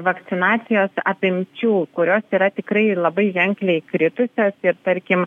vakcinacijos apimčių kurios yra tikrai labai ženkliai kritusios ir tarkim